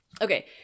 Okay